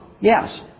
Yes